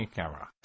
camera